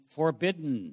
forbidden